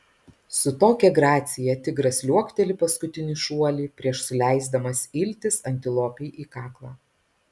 su tokia gracija tigras liuokteli paskutinį šuolį prieš suleisdamas iltis antilopei į kaklą